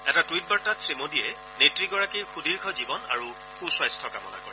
এটা টুইট বাৰ্তাত শ্ৰীমোদীয়ে নেত়গৰাকীৰ সুদীৰ্ঘ জীৱন আৰু সুস্বাস্থ্য কামনা কৰে